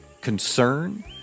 concern